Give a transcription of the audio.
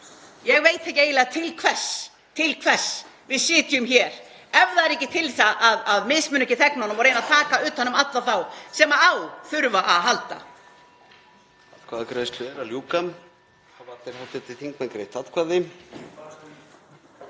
Ég veit ekki eiginlega til hvers við sitjum hér ef það er ekki til þess að mismuna ekki þegnunum og reyna að taka utan um alla þá sem á þurfa að halda.